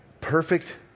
perfect